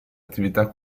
attività